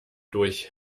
durch